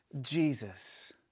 Jesus